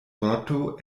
vorto